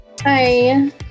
hi